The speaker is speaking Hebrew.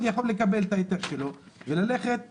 יכול לקבל את ההיתר שלו וללכת למעסיק.